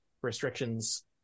restrictions